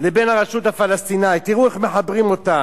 לבין הרשות הפלסטינית, תראו איך מחברים אותם.